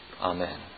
Amen